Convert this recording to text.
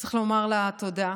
צריך לומר לה תודה,